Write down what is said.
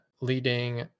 leading